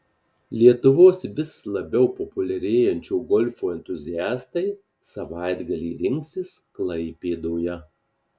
lietuvos vis labiau populiarėjančio golfo entuziastai savaitgalį rinksis klaipėdoje